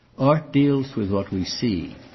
art deals with what we see,